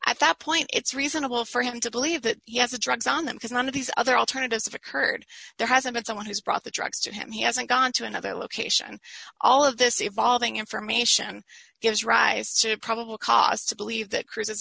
at that point it's reasonable for him to believe that yes the drugs on that because none of these other alternatives have occurred there hasn't been someone has brought the drugs to him he hasn't gone to another location all of this evolving information gives rise to probable cause to believe that c